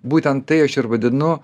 būtent tai aš ir vadinu